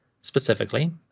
Specifically